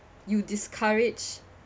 you discourage